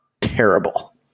terrible